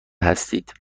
هستید